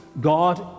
God